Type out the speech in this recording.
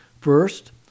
First